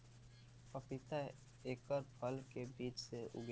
पपीता एकर फल के बीज से उगेला